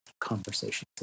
conversations